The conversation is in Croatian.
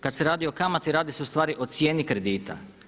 Kad se radi o kamati radi se u stvari o cijeni kredita.